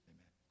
Amen